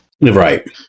Right